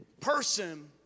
person